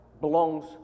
belongs